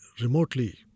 remotely